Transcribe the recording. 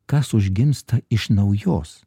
kas užgimsta iš naujos